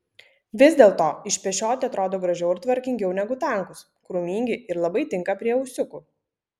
vis dėlto išpešioti atrodo gražiau ir tvarkingiau negu tankūs krūmingi ir labai tinka prie ūsiukų